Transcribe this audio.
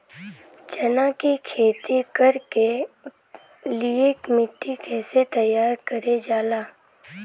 चना की खेती कर के लिए मिट्टी कैसे तैयार करें जाला?